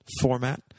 format